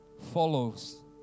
follows